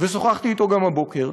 ושוחחתי אתו גם הבוקר,